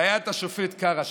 והיה השופט קרא,